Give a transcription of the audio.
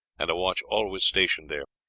and a watch always stationed there.